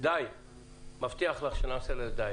אני מבטיח לך שנעשה לזה די,